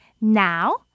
Now